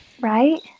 Right